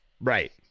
Right